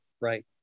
right